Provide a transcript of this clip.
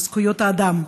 בזכויות האדם,